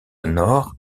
nord